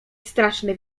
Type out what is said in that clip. straszny